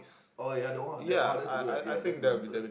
oh ya the !wah! the that that's a good ya that's a good answer